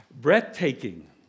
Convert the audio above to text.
Breathtaking